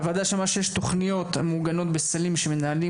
הוועדה שמעה שיש תוכניות המעוגנות בסלים שהמנהלים